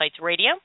Radio